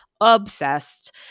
obsessed